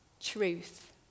Truth